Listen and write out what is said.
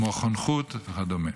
כמו חונכות וכדומה,